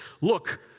look